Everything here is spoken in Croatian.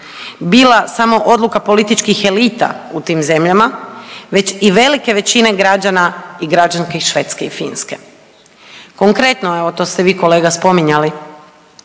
bila samo odluka političkih elita u tim zemljama, već i velike većine građana i građanski Švedske i Finske. Konkretno, evo, to ste vi kolega spominjali,